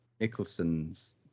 Nicholson's